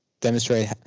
demonstrate